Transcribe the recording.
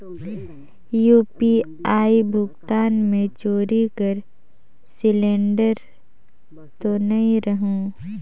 UPI भुगतान मे चोरी कर सिलिंडर तो नइ रहु?